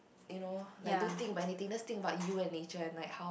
you know like do things but anything let's think about you and nature and like how